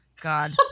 God